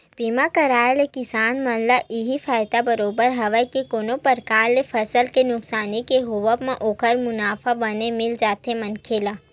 बीमा करवाय ले किसान मन ल इहीं फायदा बरोबर हवय के कोनो परकार ले फसल के नुकसानी के होवब म ओखर मुवाला बने मिल जाथे मनखे ला